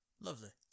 Lovely